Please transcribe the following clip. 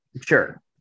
sure